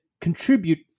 contribute